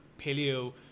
Paleo